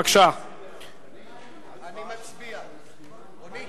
ההצעה להעביר את